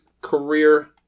career